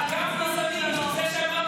אתה לא מסוגל, אני לא מסוגל.